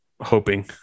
Hoping